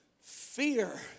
Fear